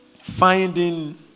Finding